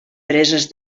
preses